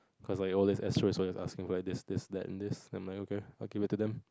cause like always astro is always asking for this this that and this I'm like okay I'll give it to them